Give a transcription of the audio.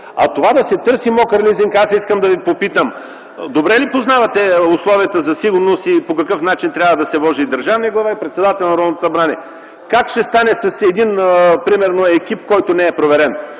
А това – да се търси „мокър лизинг”, аз искам да Ви попитам: добре ли познавате условията за сигурност и по какъв начин трябва да се вози държавният глава, председателят на Народното събрание? Как ще стане с един екип, който не е проверен.